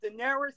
Daenerys